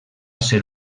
ser